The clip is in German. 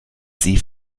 sie